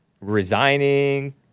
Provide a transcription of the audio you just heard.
resigning